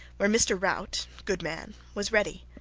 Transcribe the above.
where mr. rout good man was ready.